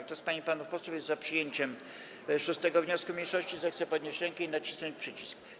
Kto z pań i panów posłów jest za przyjęciem 6. wniosku mniejszości, zechce podnieść rękę i nacisnąć przycisk.